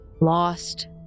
lost